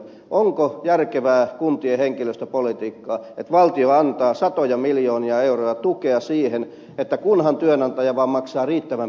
onko järkevää kuntien henkilöstöpolitiikkaa että valtio antaa satoja miljoonia euroja tukea siihen kunhan työnantaja vaan maksaa riittävän pientä palkkaa